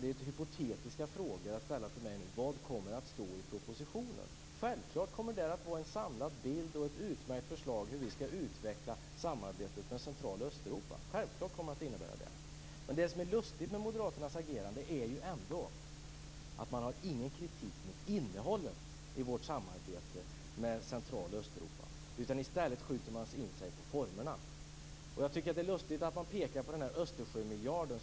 Det är hypotetiska frågor Göran Lennmarker ställer till mig nu. Vad kommer att stå i propositionen? Självklart kommer det där att ges en samlad bild av och ett utmärkt förslag till hur vi skall utveckla samarbetet med Central och Östeuropa. Självfallet kommer den att innehålla detta. Det som är lustigt med Moderaternas agerande är att man inte framför någon kritik mot innehållet i vårt samarbete med Central och Östeuropa. I stället skjuter man in sig på formerna. Jag tycker att det är lustigt att man pekar på Östersjömiljarden.